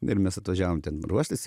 ir mes atvažiavom ten ruoštis